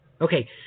Okay